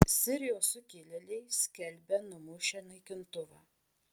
sirijos sukilėliai skelbia numušę naikintuvą